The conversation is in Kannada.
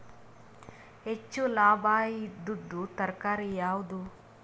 ಹೆಚ್ಚು ಲಾಭಾಯಿದುದು ತರಕಾರಿ ಯಾವಾದು?